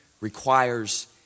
requires